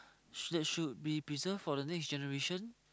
should that should be preserved for the next generation